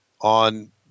on